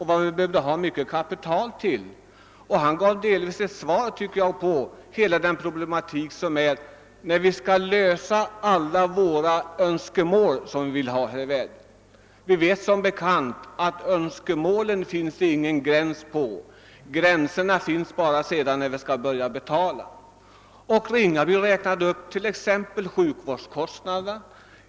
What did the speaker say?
Herr Ringaby gav också delvis ett svar på frågan vari svårigheterna ligger när vi vill försöka tillgodose alla de önskemål som finns. För önskemålen finns det som bekant inga gränser. Däremot finns det gränser för vår förmåga att betala vad det kostar att tillgodose önskemålen. Herr Ringaby nämnde t.ex. sjukvårdskostnaderna.